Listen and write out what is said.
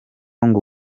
ngo